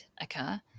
occur